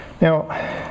Now